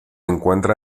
encuentra